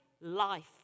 life